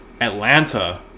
Atlanta